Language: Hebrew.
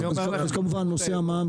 אז כמובן נושא המע"מ,